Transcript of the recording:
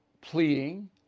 pleading